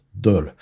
dull